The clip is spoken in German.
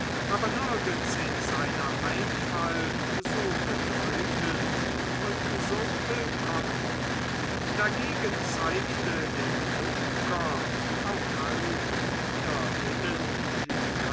aber nirgends in seiner einfalt so bedeutend und so willkommen dagegen zeigte der junker auch halb wider willen